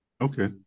Okay